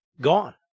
gone